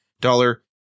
dollar